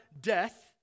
death